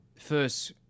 first